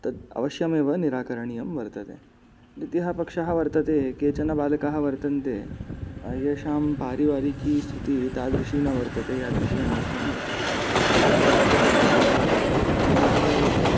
तद् अवश्यमेव निराकरणीयं वर्तते द्वितीयः पक्षः वर्तते केचन बालकाः वर्तन्ते येषां पारिवारिकीस्थितिः एतादृशी न वर्तते यादृशी अन्येषां वर्तते सर्वकारस्य पक्षतः नैके